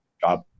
job